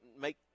make